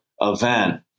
event